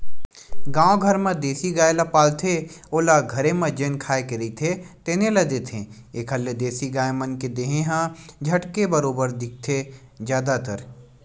गाँव घर म देसी गाय ल पालथे ओला घरे म जेन खाए के रहिथे तेने ल देथे, एखर ले देसी गाय मन के देहे ह झटके बरोबर दिखथे जादातर